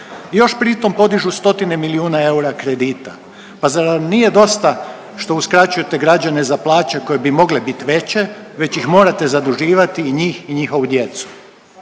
još pri tom podižu stotine milijuna eura kredita? Pa zar vam nije dosta što uskraćujete građane za plaće koje bi mogle bit veće, već ih morate zaduživati i njih i njihovu djecu?